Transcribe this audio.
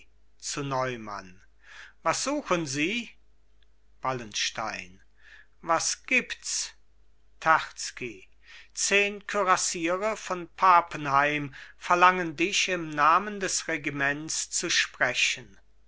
zu neumann was suchen sie wallenstein was gibts terzky zehn kürassiere von pappenheim verlangen dich im namen des regiments zu sprechen